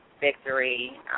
victory